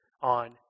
on